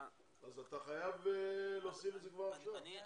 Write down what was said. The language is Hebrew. אז אתה חייב להוסיף את זה כבר עכשיו,